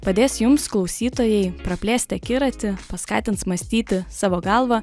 padės jums klausytojai praplėsti akiratį paskatins mąstyti savo galva